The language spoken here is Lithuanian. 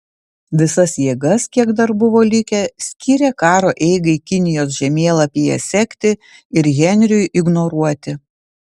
visas jėgas kiek dar buvo likę skyrė karo eigai kinijos žemėlapyje sekti ir henriui ignoruoti